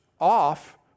off